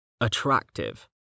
attractive